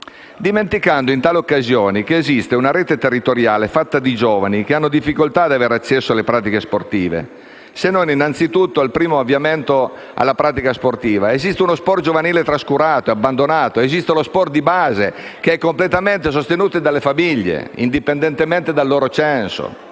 dimentica, in tali occasioni, che esiste una rete territoriale fatta di giovani che hanno difficoltà ad avere accesso alle pratiche sportive, se non innanzitutto al primo avviamento alla pratica sportiva. Esiste uno sport giovanile trascurato e abbandonato ed esiste lo sport di base, che è completamente sostenuto dalle famiglie, indipendentemente dal loro censo;